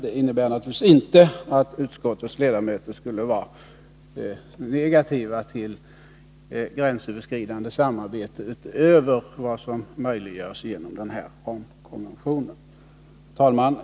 Det innebär naturligtvis inte att utskottets ledamöter skulle vara negativa till gränsöverskridande samarbete utöver vad som möjliggörs genom ramkonventionen. Herr talman!